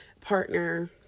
partner